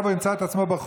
אבי מעוז,